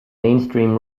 mainstream